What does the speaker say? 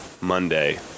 Monday